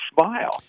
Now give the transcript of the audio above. smile